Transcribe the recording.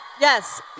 Yes